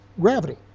gravity